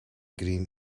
green